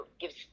gives